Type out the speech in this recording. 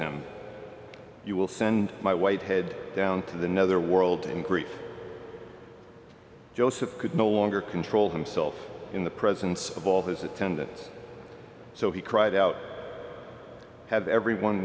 him you will send my white head down to the netherworld to greet joseph could no longer control himself in the presence of all his attendants so he cried out have every one